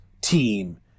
team